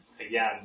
Again